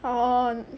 orh